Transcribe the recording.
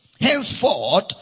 Henceforth